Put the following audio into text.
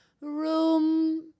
room